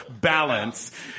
balance